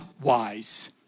wise